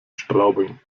straubing